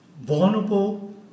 vulnerable